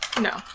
No